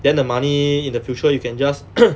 then the money in the future you can just